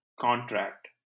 contract